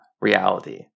reality